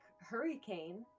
hurricane